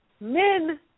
men